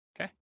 Okay